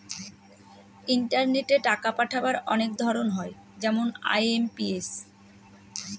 ইন্টারনেটে টাকা পাঠাবার অনেক ধরন হয় যেমন আই.এম.পি.এস